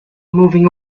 moving